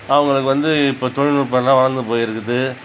அவங்களுக்கு வந்து இப்போ தொழில்நுட்பல்லாம் வளர்ந்து போயிருக்குது